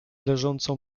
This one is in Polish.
leżącą